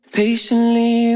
patiently